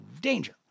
danger